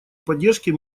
поддержки